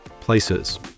places